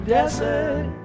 desert